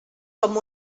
com